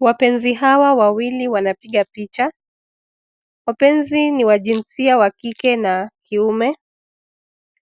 Wapenzi hawa wawili wanapiga picha. Wapenzi ni wa jinsia wa kike na kiume.